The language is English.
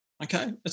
Okay